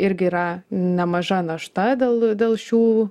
irgi yra nemaža našta dėl dėl šių